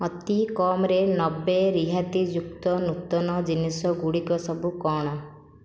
ଅତିକମ୍ରେ ନବେ ରିହାତି ଯୁକ୍ତ ନୂତନ ଜିନିଷ ଗୁଡ଼ିକ ସବୁ କ'ଣ